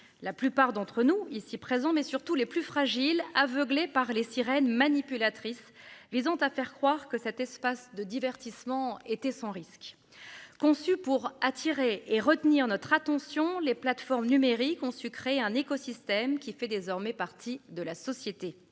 La plupart d'entre nous ici présents mais surtout les plus fragiles, aveuglés par les sirènes manipulatrice, les autres à faire croire que cet espace de divertissement était sans risque. Conçu pour attirer et retenir notre attention. Les plateformes numériques ont sucré, un écosystème qui fait désormais partie de la société.